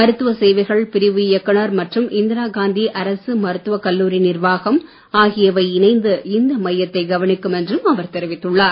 மருத்துவ சேவைகள் பிரிவு இயக்குனர் மற்றும் இந்திரா காந்தி அரசு மருத்துவ கல்லூரி நிர்வாகம் ஆகியவை இணைந்து இந்த மையத்தை கவனிக்கும் என்றும் அவர் தெரிவித்துள்ளார்